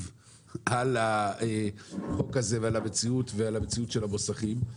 על החוק הזה ועל המציאות של המוסכים.